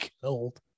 killed